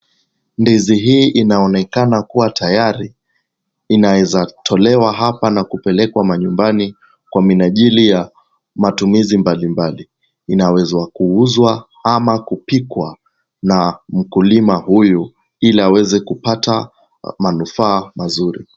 Ndizi hii inaonekana kuwa tayari. Inaeza tolewa hapa na kupelekwa nyumbani kwa minajili ya matumizi mbalimbali. Inaweza kuuzwa ama kupikwa na mkulima huyu, ili aweze kupata manufaa mazuri.